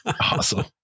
Awesome